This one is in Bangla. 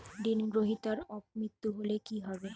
ঋণ গ্রহীতার অপ মৃত্যু হলে কি হবে?